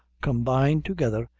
combine together,